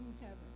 heaven